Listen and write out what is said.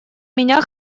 меня